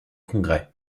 congrès